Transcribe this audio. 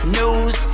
news